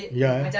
ya